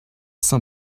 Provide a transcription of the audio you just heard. some